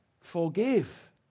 Forgive